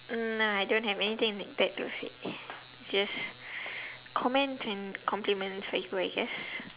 uh no I don't have anything like that to say just comment and compliments I feel I guess